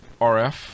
RF